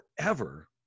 forever